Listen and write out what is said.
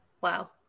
Wow